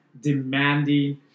demanding